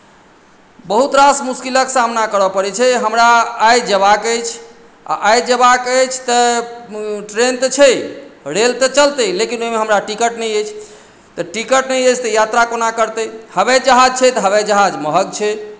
बहुत रास मुश्किलक सामना करय पड़ैत छै हमरा आइ जयबाक अछि आ आइ जयबाक अछि तऽ ट्रेन तऽ छै रेल तऽ चलतै लेकिन ओहिमे हमरा टिकट नहि अछि तऽ टिकट नहि अछि तऽ यात्रा कोना करतै हवाईजहाज छै तऽ हवाईजहाज महग छै